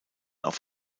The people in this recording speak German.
auf